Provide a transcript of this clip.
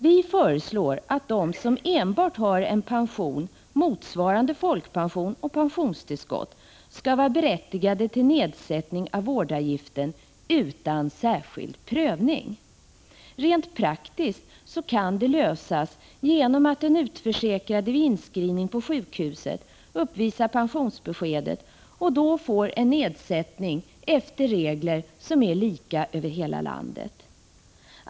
Vi föreslår att de som enbart har pension, motsvarande folkpension och pensionstillskott, skall vara berättigade till nedsättning av vårdavgiften utan särskild prövning. Rent praktiskt kan det lösas genom att den utförsäkrade vid inskrivningen på sjukhuset uppvisar sitt pensionsbesked, varefter den utförsäkrade får en nedsättning enligt regler som är lika över hela landet.